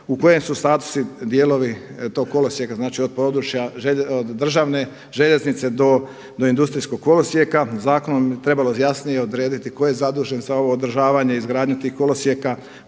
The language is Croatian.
u kojem su statusu dijelovi tog kolosijeka, znači od područja državne željeznice do industrijskog kolosijeka? Zakonom bi trebalo jasnije odrediti tko je zadužen za ovo održavanje, izgradnju tih kolosijeka